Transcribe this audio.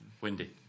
Windy